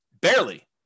barely